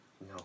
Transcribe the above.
No